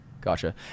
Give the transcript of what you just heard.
Gotcha